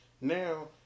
Now